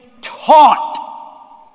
taught